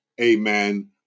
amen